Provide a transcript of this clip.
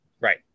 Right